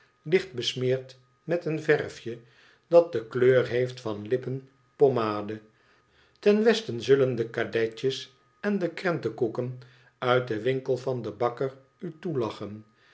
licht besmeerd met een verfje dat de kleur heeft van lippenpommade ten westen zullen de kadetjes en de krentenkoeken uit den winkel van den bakker u toelachen